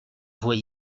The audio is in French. vois